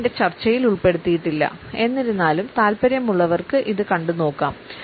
ഇത് എന്റെ ചർച്ചയിൽ ഉൾപ്പെടുത്തിയിട്ടില്ല എന്നിരുന്നാലും താല്പര്യമുള്ളവർക്ക് ഇത് കണ്ടു നോക്കാം